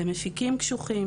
למפיקים קשוחים.